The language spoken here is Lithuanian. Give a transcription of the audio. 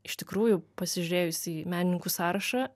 iš tikrųjų pasižiūrėjus į menininkų sąrašą